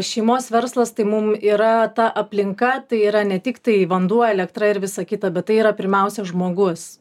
šeimos verslas tai mum yra ta aplinka tai yra ne tiktai vanduo elektra ir visa kita bet tai yra pirmiausia žmogus